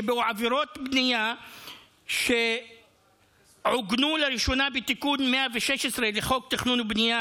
שבו עבירות בנייה שעוגנו לראשונה בתיקון 116 לחוק התכנון והבנייה,